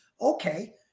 Okay